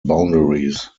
boundaries